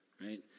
Right